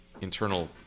internal